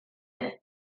ere